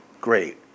great